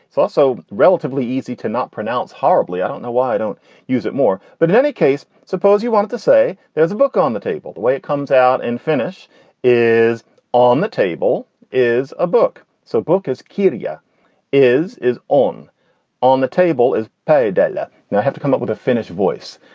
it's also relatively easy to not pronounce horribly. i don't know why i don't use it more. but in any case, suppose you want to say there's a book on the table. the way it comes out in and finnish is on the table is a book. so a book is kildea is is on on the table is paid detlef. now i have to come up with a finnish voice.